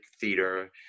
theater